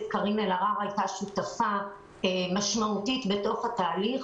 קארין אלהרר הייתה שותפה משמעותית בתוך התהליך